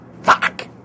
Fuck